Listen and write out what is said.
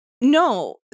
No